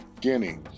Guinea